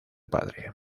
padre